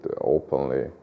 openly